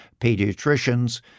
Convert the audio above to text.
pediatricians